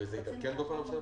וזה התעדכן בחודש ינואר?